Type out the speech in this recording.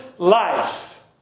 life